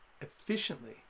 efficiently